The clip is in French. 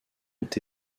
ont